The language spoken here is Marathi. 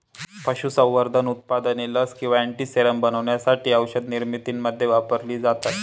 पशुसंवर्धन उत्पादने लस किंवा अँटीसेरम बनवण्यासाठी औषधनिर्मितीमध्ये वापरलेली जातात